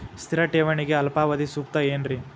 ಸ್ಥಿರ ಠೇವಣಿಗೆ ಅಲ್ಪಾವಧಿ ಸೂಕ್ತ ಏನ್ರಿ?